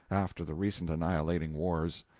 after the recent annihilating wars.